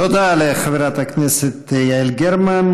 תודה לחברת הכנסת יעל גרמן.